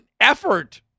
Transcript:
effort